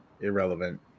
irrelevant